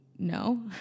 No